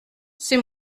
c’est